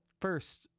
First